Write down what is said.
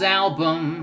album